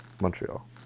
Montreal